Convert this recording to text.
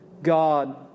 God